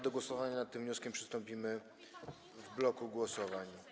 Do głosowania nad tym wnioskiem przystąpimy w bloku głosowań.